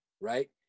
right